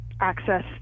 access